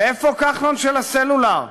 ואיפה כחלון של הסלולר?